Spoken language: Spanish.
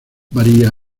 varía